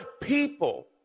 people